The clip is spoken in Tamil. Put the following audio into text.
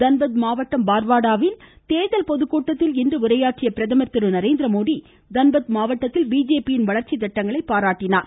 தன்பத் மாவட்டம் பார்வாடாவில் தேர்தல் பொதுக்கூட்டத்தில் உரையாற்றிய பிரதமர் திரு நரேந்திரமோடி தன்பத் மாவட்டத்தில் பிஜேபி யின் வளர்ச்சி திட்டங்களை பாராட்டினார்